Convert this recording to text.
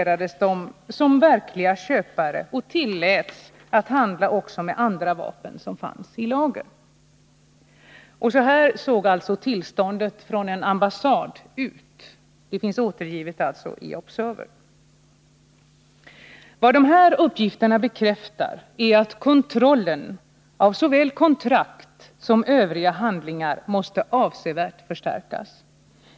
Värdet med ett slutanvändarintyg är att det under vissa omständigheter är huvuddokumentet för att exportlicens skall kunna erhållas.) Med de köpta dokumenten i sin hand reste så journalisterna till Bryssel och Lissabon. På kontoren hos mycket respektabla handlare accepterades de som verkliga köpare och tilläts att handla också med andra vapen som fanns i lager. Vad dessa uppgifter bekräftar är att kontrollen av såväl kontrakt som övriga handlingar måste avsevärt förstärkas.